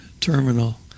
terminal